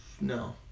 No